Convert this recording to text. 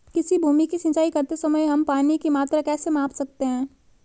किसी भूमि की सिंचाई करते समय हम पानी की मात्रा कैसे माप सकते हैं?